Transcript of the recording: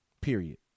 Period